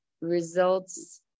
results